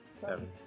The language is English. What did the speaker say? Seven